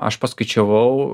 aš paskaičiavau